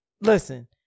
Listen